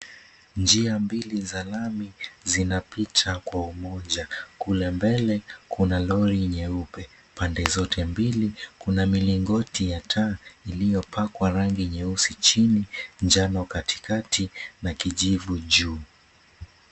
Njia mbili za lami zinapita kwa umoja. Kule mbele kuna lori nyeupe. Pande zote mbili kuna milingoti ya taa iliyopakwa rangi nyeusi chini, njano katikati na kijivu juu.